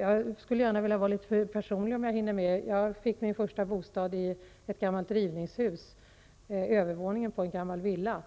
Jag skulle gärna vilja vara litet personlig, och berätta att jag fick min första bostad i ett gammalt rivningshus. Det var övervåningen i en gammal villa.